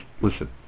listen